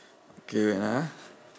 okay wait ah